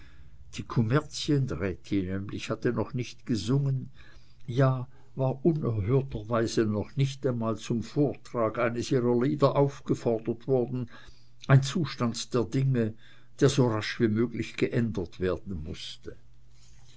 die kommerzienrätin nämlich hatte noch nicht gesungen ja war unerhörterweise noch nicht einmal zum vortrag eines ihrer lieder aufgefordert worden ein zustand der dinge der so rasch wie möglich geändert werden mußte